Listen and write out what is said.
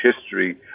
history